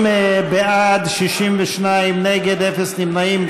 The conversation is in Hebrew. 40 בעד, 62 נגד, אין נמנעים.